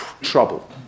trouble